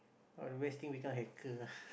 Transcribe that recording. or the best thing become hacker ah